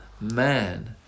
man